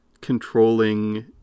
controlling